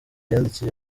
yandikiye